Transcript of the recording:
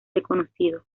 desconocido